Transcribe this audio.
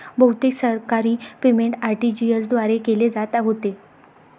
बहुतेक सरकारी payment RTGS द्वारे केले जात होते